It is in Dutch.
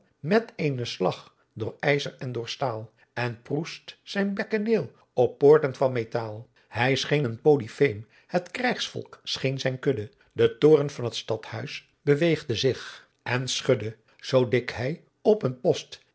met eenen slagh door yzer en door stael en proest zijn bekkeneel op poorten van metael hy scheen een polyfeem het krijghsvolck scheen zijn kudde de toren van t stadhuis beweegde zich en schudde zo dick hy op een post